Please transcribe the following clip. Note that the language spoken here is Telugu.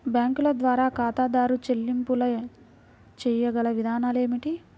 బ్యాంకుల ద్వారా ఖాతాదారు చెల్లింపులు చేయగల విధానాలు ఏమిటి?